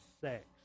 sex